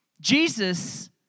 Jesus